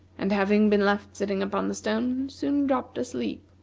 and having been left sitting upon the stone, soon dropped asleep,